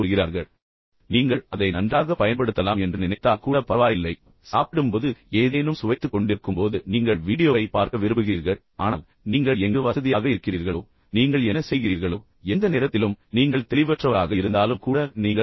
எனவே நீங்கள் அதை நன்றாக பயன்படுத்தலாம் என்று நினைத்தால் கூட பரவாயில்லை சாப்பிடும் போது ஏதேனும் சுவைத்துக் கொண்டிருக்கும் போது நீங்கள் வீடியோவை பார்க்க விரும்புகிறீர்கள் அதைச் செய்யுங்கள் ஆனால் நீங்கள் எங்கு வசதியாக இருக்கிறீர்களோ நீங்கள் என்ன செய்கிறீர்களோ எந்த நேரத்திலும் நீங்கள் தெளிவற்றவராக இருந்தாலும் கூட நீங்கள் செய்யலாம்